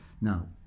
Now